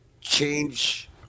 change